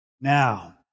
Now